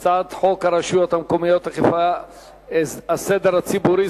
הרשויות המקומיות (אכיפת הסדר הציבורי,